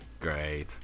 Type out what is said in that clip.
Great